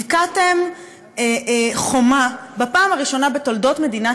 הבקעתם חומה: בפעם הראשונה בתולדות מדינת